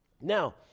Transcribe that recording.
now